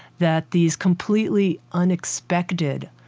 that these completely unexpected,